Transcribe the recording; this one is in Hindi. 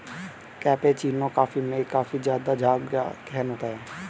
कैपेचीनो कॉफी में काफी ज़्यादा झाग या फेन होता है